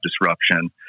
disruption